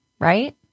Right